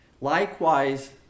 Likewise